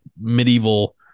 medieval